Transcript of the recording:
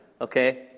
okay